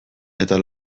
eta